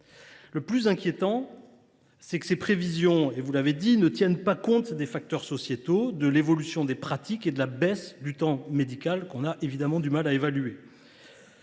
Le plus inquiétant, c’est que ces prévisions ne tiennent pas compte des facteurs sociétaux, de l’évolution des pratiques et de la baisse du temps médical, que l’on a évidemment du mal à évaluer.